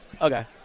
Okay